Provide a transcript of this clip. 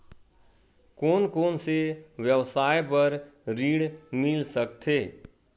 कोन कोन से व्यवसाय बर ऋण मिल सकथे?